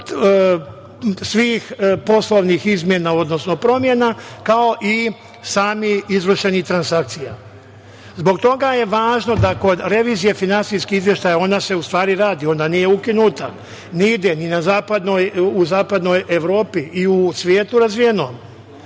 svih poslovnih izmena, odnosno promena, kao i samih izvršenih transakcija. Zbog toga je važno da kod revizije finansijskih izveštaja, ona se u stvari radi, ona nije ukinuta, nigde, ni u zapadnoj Evropi, u svetu razvijenom,